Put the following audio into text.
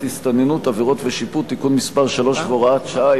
הסתננות (עבירות ושיפוט) (תיקון מס' 3 והוראת שעה),